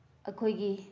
ꯑꯩꯈꯣꯏꯒꯤ